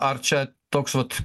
ar čia toks vat